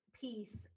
piece